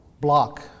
block